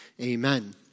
Amen